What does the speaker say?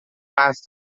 قصد